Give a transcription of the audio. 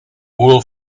wool